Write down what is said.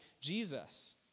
Jesus